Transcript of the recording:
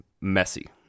messy